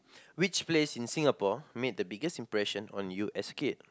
which place in Singapore made the biggest impression on you as a kid